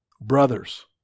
brothers